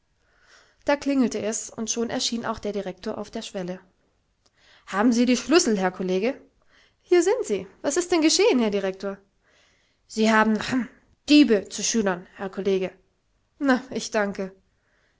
da klingelte es und schon erschien auch der direktor auf der schwelle haben sie die schlüssel herr kollege hier sind sie was ist denn geschehen herr direktor sie haben rhm diebe zu schülern herr kollege na ich danke